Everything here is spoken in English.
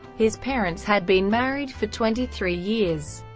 his parents had been married for twenty three years.